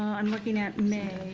i'm looking at may